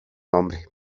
nombre